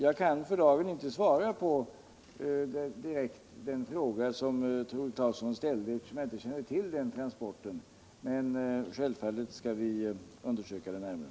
Jag kan för dagen inte svara på den fråga som Tore Claeson ställde, eftersom jag inte känner till den transporten. Men självfallet skall vi undersöka den närmare.